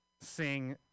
sing